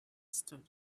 stood